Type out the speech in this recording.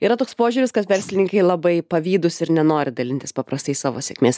yra toks požiūris kad verslininkai labai pavydūs ir nenori dalintis paprastai savo sėkmės